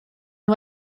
nhw